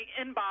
inbox